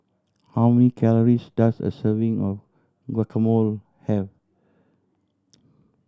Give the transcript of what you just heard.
how many calories does a serving of Guacamole have